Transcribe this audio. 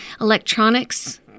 Electronics